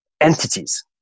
entities